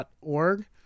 org